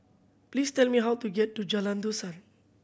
please tell me how to get to Jalan Dusan